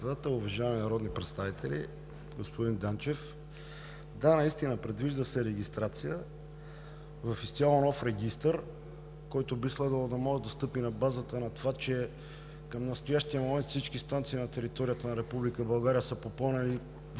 Господин Данчев, да, наистина се предвижда регистрация в изцяло нов регистър, който би следвало да може да стъпи на базата на това, че към настоящия момент всички станции на територията на Република България